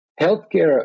healthcare